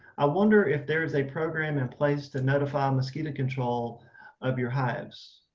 i wonder if there is a program in place to notify mosquito control of your hives?